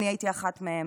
אני הייתי אחת מהם.